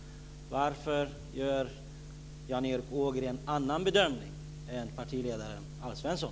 Varför gör Jan Erik Ågren en annan bedömning än partiledaren Alf Svensson?